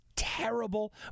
terrible